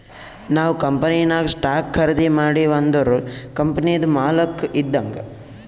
ನಾವ್ ಕಂಪನಿನಾಗ್ ಸ್ಟಾಕ್ ಖರ್ದಿ ಮಾಡಿವ್ ಅಂದುರ್ ಕಂಪನಿದು ಮಾಲಕ್ ಇದ್ದಂಗ್